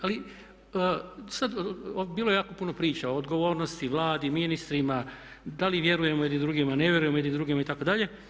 Ali sad, bilo je jako puno priča o odgovornosti, Vladi, ministrima, da li vjerujemo jedni drugima, ne vjerujemo jedni drugima itd.